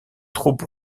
trop